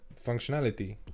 functionality